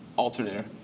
alternator.